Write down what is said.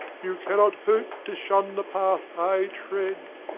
you cannot hope to shun the path i tread.